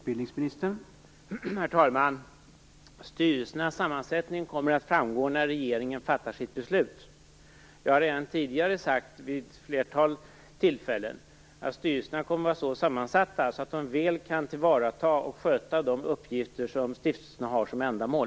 Herr talman! Styrelsernas sammansättning kommer att framgå när regeringen fattar sitt beslut. Jag har redan tidigare sagt vid ett flertal tillfällen att styrelserna kommer att vara sammansatta så att de väl kan tillvarata och sköta de uppgifter stiftelserna har som ändamål.